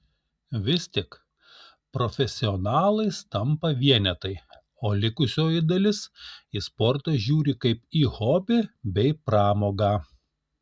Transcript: vis tik profesionalais tampa vienetai o likusioji dalis į sportą žiūri kaip į hobį bei pramogą